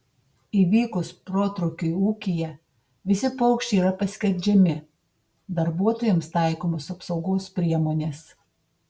įvykus protrūkiui ūkyje visi paukščiai yra paskerdžiami darbuotojams taikomos apsaugos priemonės